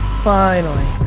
finally.